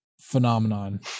phenomenon